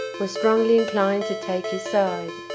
were strongly inclined to take his side.